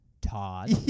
Todd